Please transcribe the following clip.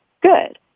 Good